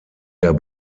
der